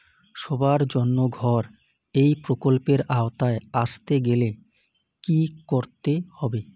সবার জন্য ঘর এই প্রকল্পের আওতায় আসতে গেলে কি করতে হবে?